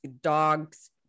dogs